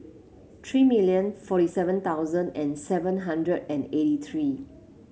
three million forty seven thousand and seven hundred and eighty three